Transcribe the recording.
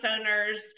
owners